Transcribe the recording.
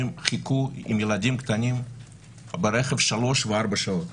חיכו עם ילדים קטנים ברכב שלוש וארבע שעות.